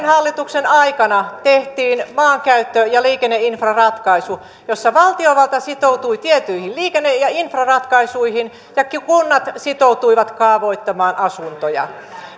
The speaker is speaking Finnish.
hallituksen aikana tehtiin maankäyttö ja liikenneinfraratkaisu jossa valtiovalta sitoutui tiettyihin liikenne ja infraratkaisuihin ja kunnat sitoutuivat kaavoittamaan asuntoja